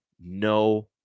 no